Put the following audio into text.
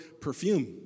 perfume